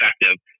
effective